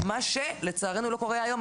מה שלצערנו לא קורה היום,